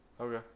Okay